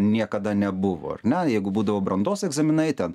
niekada nebuvo ar ne jeigu būdavo brandos egzaminai ten